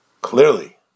clearly